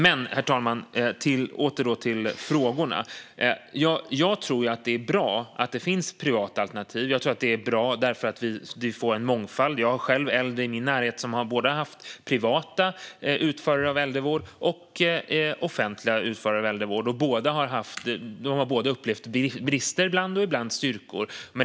Men, herr talman, åter till frågorna. Jag tror att det är bra att det finns privata alternativ. Jag tror att det är bra därför att vi får en mångfald. Jag har själv äldre i min närhet som har haft både privata och offentliga utförare av äldrevård, och de har upplevt både brister och styrkor.